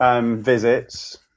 visits